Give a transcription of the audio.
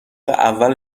اول